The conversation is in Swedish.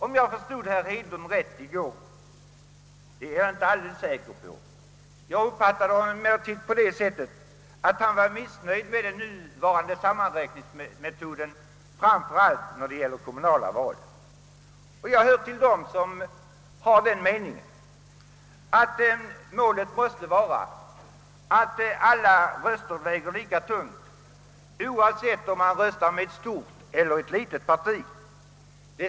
Om jag förstod herr Hedlund rätt i går — jag är inte säker på att jag gjorde det — var han missnöjd med den nuvarande sammanräkningsmetoden, framför allt när det gäller kommunala val. Jag hör till dem som anser att målet måste vara att alla röster skall väga lika tungt, oavsett om man röstar med ett stort eller med ett litet parti.